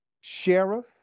Sheriff